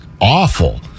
awful